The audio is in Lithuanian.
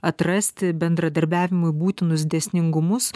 atrasti bendradarbiavimui būtinus dėsningumus